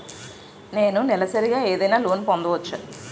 నేను నెలసరిగా ఏదైనా లోన్ పొందవచ్చా?